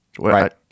Right